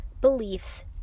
beliefs